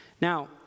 Now